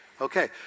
Okay